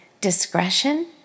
discretion